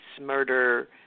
murder